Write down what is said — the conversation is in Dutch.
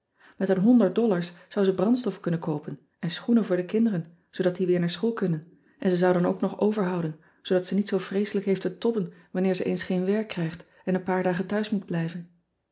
et een honderd dollars zou ze brandstof kunnen koopen en schoenen voor de kinderen zoodat die wear naar school kunnen en ze zou dan ook nog overhouden zoodat ze niet zoo vreeselijk heeft te tobben wanneer ze eens geen werk krijgt en een paar dagen thuis moet blijven